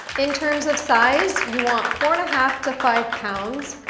in terms of size, you want four and a half to five pounds.